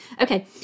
okay